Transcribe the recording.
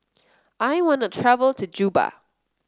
I want the travel to Juba